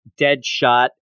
Deadshot